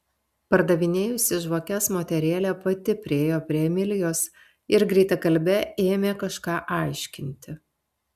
pardavinėjusi žvakes moterėlė pati priėjo prie emilijos ir greitakalbe ėmė kažką aiškinti